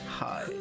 Hi